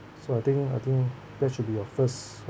so I think I think that should be your first